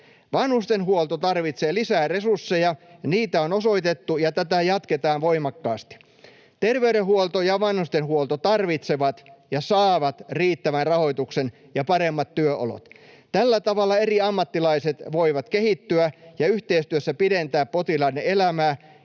Vanhustenhuolto tarvitsee lisää resursseja. Niitä on osoitettu, ja tätä jatketaan voimakkaasti. Terveydenhuolto ja vanhustenhuolto tarvitsevat ja saavat riittävän rahoituksen ja paremmat työolot. Tällä tavalla eri ammattilaiset voivat kehittyä ja yhteistyössä pidentää potilaiden elämää,